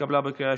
התקבלה בקריאה